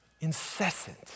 Incessant